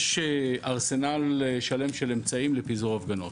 יש ארסנל שלם של אמצעים לפיזור הפגנות,